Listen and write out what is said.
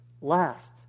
last